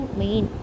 main